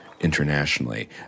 internationally